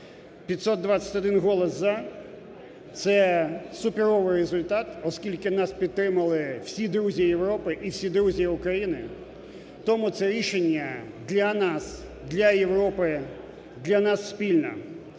521 голос "за" – це суперовий результат, оскільки нас підтримали всі друзі Європи і всі друзі України. Тому це рішення для нас, для Європи, для нас спільно.